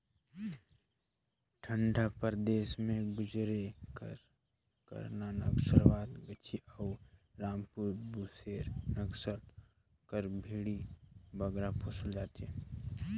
ठंडा परदेस में गुरेज, करना, नक्खरवाल, गद्दी अउ रामपुर बुसेर नसल कर भेंड़ी बगरा पोसल जाथे